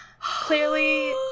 Clearly